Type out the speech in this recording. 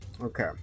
Okay